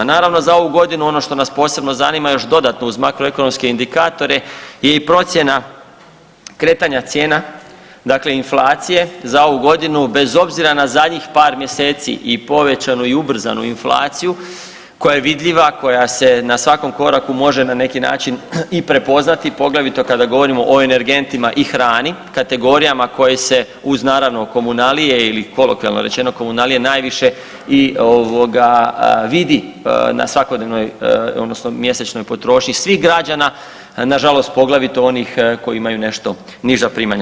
Naravno za ovu godinu ono što nas posebno zanima još dodatno uz makroekonomske indikatore je i procjena kretanja cijena dakle inflacije za ovu godinu, bez obzira na zadnjih par mjeseci i povećanu i ubrzanu inflaciju koja je vidljiva, koja se na svakom koraku može na neki način i prepoznati, poglavito kada govorimo o energentima i hrani, kategorijama koje se uz naravno komunalije ili kolokvijalno rečeno komunalije najviše i ovoga vidi na svakodnevnoj odnosno mjesečnoj potrošnji svih građana, nažalost poglavito onih koji imaju nešto niža primanja.